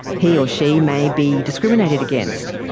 he or she may be discriminated against,